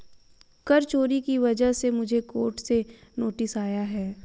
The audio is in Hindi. कर चोरी की वजह से मुझे कोर्ट से नोटिस आया है